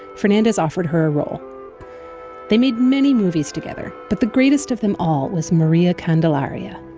fernandez offered her a role they made many movies together, but the greatest of them all was maria candelaria.